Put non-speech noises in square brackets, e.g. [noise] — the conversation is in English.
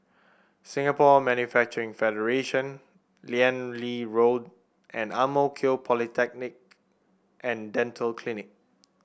Singapore Manufacturing Federation Liane [unintelligible] Road and Ang Mo Kio Polyclinic And Dental Clinic